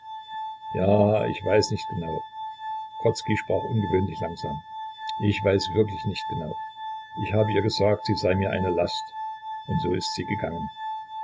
ja ich weiß nicht genau grodzki sprach ungewöhnlich langsam ich weiß wirklich nicht genau ich habe ihr gesagt sie sei mir eine last und so ist sie gegangen